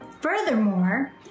Furthermore